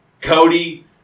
Cody